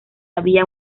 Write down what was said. había